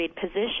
position